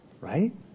Right